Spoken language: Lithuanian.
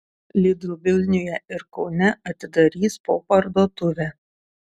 lidl vilniuje ir kaune atidarys po parduotuvę